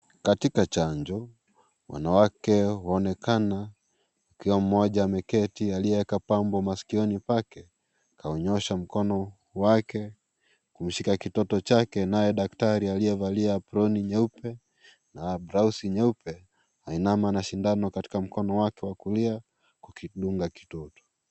Katika chanjo, wanawake wanaonekana akiwa mmoja ameketi aliyeweka pambo masikioni pake, kaunyosha mkono wake kumshika kitoto chake naye daktari aliyevalia aproni nyeupe na blausi nyeupe ainama na sindano katika mkono wake wa kulia kukidunga kitoto.